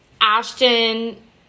Ashton